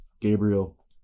Gabriel